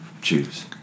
Choose